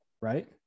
right